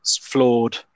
flawed